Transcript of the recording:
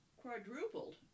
quadrupled